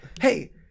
hey